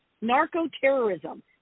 narco-terrorism